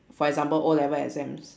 for example O-level exams